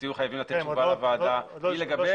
תהיו חייבים לתת תשובה לוועדה היא לגבי